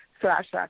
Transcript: slash